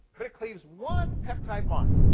but it cleaves one peptide bond.